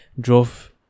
drove